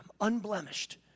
unblemished